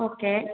okay